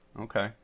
okay